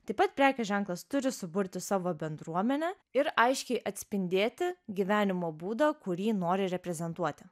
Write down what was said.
taip pat prekės ženklas turi suburti savo bendruomenę ir aiškiai atspindėti gyvenimo būdą kurį nori reprezentuoti